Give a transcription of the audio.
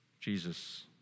Jesus